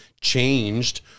changed